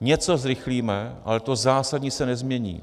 Něco zrychlíme, ale to zásadní se nezmění.